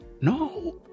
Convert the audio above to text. no